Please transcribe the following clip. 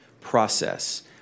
process